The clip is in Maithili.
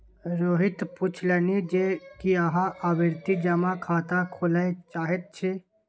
रोहित पुछलनि जे की अहाँ आवर्ती जमा खाता खोलय चाहैत छी